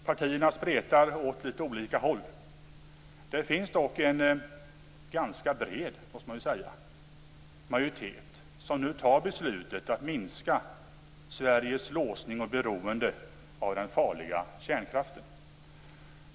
Partierna spretar åt litet olika håll. Det finns dock en ganska bred majoritet som nu fattar beslutet att minska Sveriges låsning och beroende av den farliga kärnkraften.